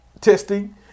testing